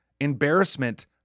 embarrassment